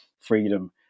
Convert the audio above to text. freedom